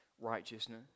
righteousness